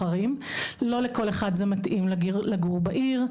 לא לכל אחד זה מתאים לגור בעיר.